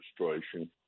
administration